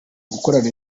gukorana